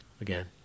Again